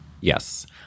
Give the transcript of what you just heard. Yes